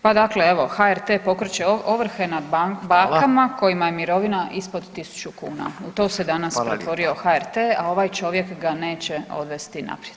Pa dakle evo HRT pokreće ovrhe nad bakama kojima je mirovina ispod 1.000 kuna, u to se danas pretvorio HRT, a ovaj čovjek ga neće odvesti naprijed.